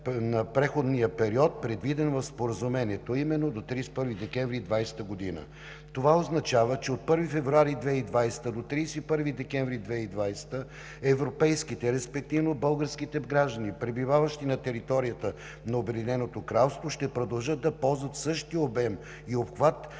на преходния период, предвиден в Споразумението, а именно до 31 декември 2020 г. Това означава, че от 1 февруари 2020 г. до 31 декември 2020 г. европейските, респективно българските граждани, пребиваващи на територията на Обединеното Кралство, ще продължат да ползват същия обем и обхват